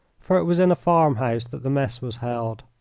for it was in a farm-house that the mess was held.